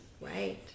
Right